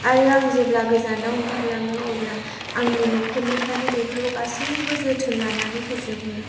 आरो आं जेब्ला गोजानाव ओंखारलाङो अब्ला आंनि न'खरनिफ्रानो बेफोरनिफ्राय गासैबो जोथोन लानानै होजोबो